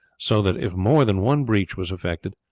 so that if more than one breach was effected,